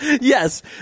Yes